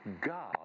God